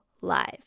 live